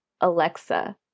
Alexa